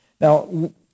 Now